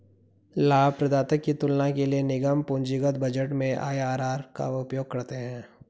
लाभप्रदाता की तुलना के लिए निगम पूंजीगत बजट में आई.आर.आर का उपयोग करते हैं